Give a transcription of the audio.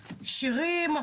שירים,